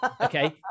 Okay